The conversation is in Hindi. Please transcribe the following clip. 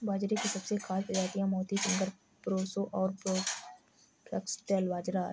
बाजरे की सबसे खास प्रजातियाँ मोती, फिंगर, प्रोसो और फोक्सटेल बाजरा है